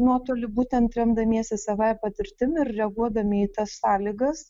nuotolį būtent remdamiesi savąja patirtim reaguodami į tas sąlygas